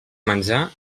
menjar